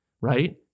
right